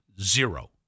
Zero